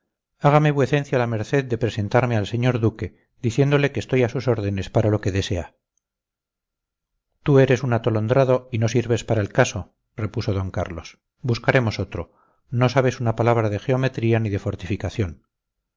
hágame vuecencia la merced de presentarme al señor duque diciéndole que estoy a sus órdenes para lo que desea tú eres un atolondrado y no sirves para el caso repuso d carlos buscaremos otro no sabes una palabra de geometría ni de fortificación